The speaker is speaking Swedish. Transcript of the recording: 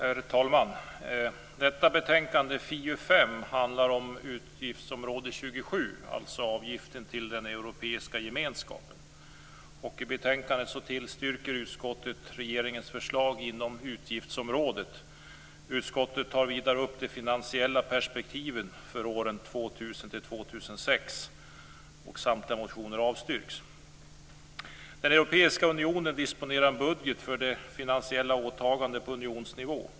Herr talman! Detta betänkande, FiU5, handlar om utgiftsområde 27, dvs. avgiften till den europeiska gemenskapen. I betänkandet tillstyrker utskottet regeringens förslag inom utgiftsområdet. Utskottet tar vidare upp de finansiella perspektiven för åren 2000-2006. Samtliga motioner avstyrks. Den europeiska unionen disponerar en budget för finansiella åtaganden på unionsnivå.